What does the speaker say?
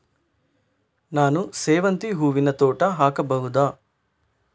ನಾನು ಸೇವಂತಿ ಹೂವಿನ ತೋಟ ಹಾಕಬಹುದಾ?